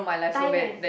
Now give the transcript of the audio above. Thailand